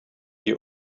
you